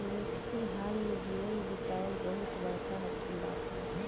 मुश्किल हाल में जीवन बीतावल बहुत बड़का बात बा